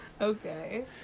Okay